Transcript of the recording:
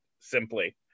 simply